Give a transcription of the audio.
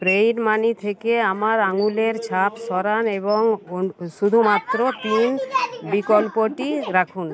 paid money থেকে আমার আঙুলের ছাপ সরান এবং ও শুধুমাত্র পিন বিকল্পটি রাখুন